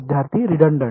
विद्यार्थी रिडंडंट